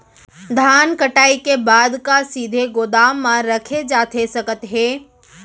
धान कटाई के बाद का सीधे गोदाम मा रखे जाथे सकत हे?